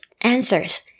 answers